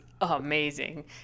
amazing